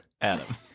Adam